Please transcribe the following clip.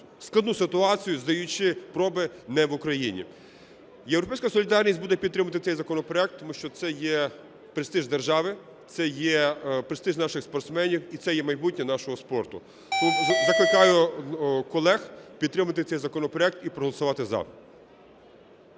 складну ситуацію, здаючи проби не в Україні. "Європейська солідарність" буде підтримувати цей законопроект, тому що це є престиж держави, це є престиж наших спортсменів і це є майбутнє нашого спорту. Закликаю колег підтримати цей законопроект і проголосувати "за".